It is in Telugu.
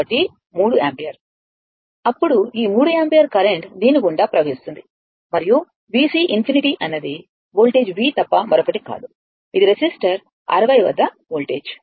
కాబట్టి 3 యాంపియర్ అప్పుడు ఈ 3 యాంపియర్ కరెంట్ దీని గుండా ప్రవహిస్తుంది మరియు VC∞ అన్నది వోల్టేజ్ V తప్ప మరొకటి కాదు ఇది రెసిస్టర్ 60 వద్ద వోల్టేజ్